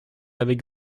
avec